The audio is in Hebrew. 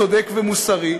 צודק ומוסרי.